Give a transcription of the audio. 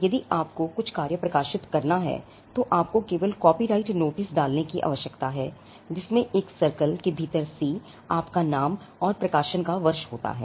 यदि आपको कुछ कार्य प्रकाशित करना है तो आपको केवल कॉपीराइट नोटिस डालने की आवश्यकता है जिसमें एक सर्कलके भीतर C आपका नाम और प्रकाशन का वर्ष होता है